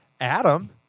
Adam